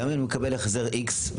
גם אם היא מקבלת החזר איקס,